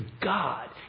God